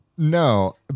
No